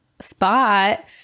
spot